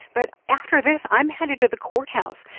but after this, i'm headed to the courthouse,